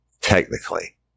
technically